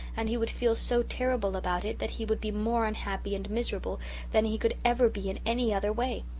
and he would feel so terrible about it that he would be more unhappy and miserable than he could ever be in any other way.